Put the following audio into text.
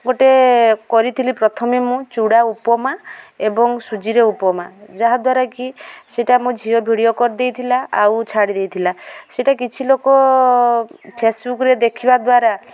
ଗୋଟେ କରିଥିଲି ପ୍ରଥମେ ମୁଁ ଚୂଡ଼ା ଉପମା ଏବଂ ସୁଜିର ଉପମା ଯାହା ଦ୍ୱାରା କି ସେଇଟା ମୋ ଝିଅ ଭିଡ଼ିଓ କରି ଦେଇ ଥିଲା ଆଉ ଛାଡ଼ି ଦେଇଥିଲା ସେଇଟା କିଛି ଲୋକ ଫେସ୍ବୁକ୍ରେ ଦେଖିବା ଦ୍ୱାରା